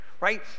right